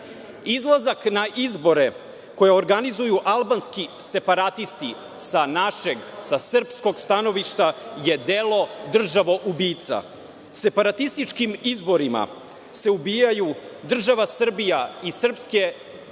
na izbore koje je organizuju albanski separatisti sa našeg, sa srpskog stanovišta, je delo državoubica. Separatističkim izborima se ubijaju država Srbija i srpske